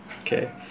okay